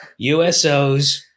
USOs